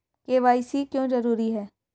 KYC क्यों जरूरी है?